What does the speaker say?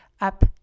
up